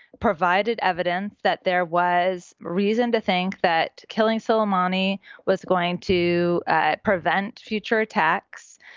provided evidence that there was reason to think that killing suleimani was going to prevent future attacks.